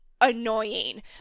annoying